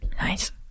Nice